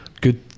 good